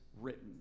written